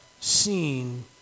seen